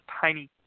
tiny